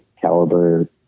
caliber